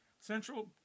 Central